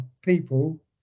people